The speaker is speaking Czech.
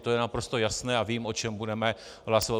To je naprosto jasné a vím, o čem budeme hlasovat.